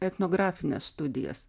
etnografines studijas